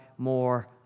more